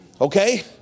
okay